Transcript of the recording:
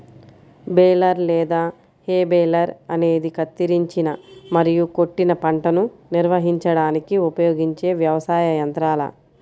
baler లేదా hay baler అనేది కత్తిరించిన మరియు కొట్టిన పంటను నిర్వహించడానికి ఉపయోగించే వ్యవసాయ యంత్రాల